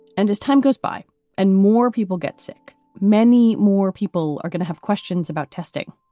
and as time goes by and more people get sick, many more people are going to have questions about testing,